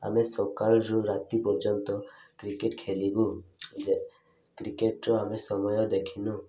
ଆମେ ସକାଳରୁ ରାତି ପର୍ଯ୍ୟନ୍ତ କ୍ରିକେଟ ଖେଲିବୁ ଯେ କ୍ରିକେଟର ଆମେ ସମୟ ଦେଖିନୁ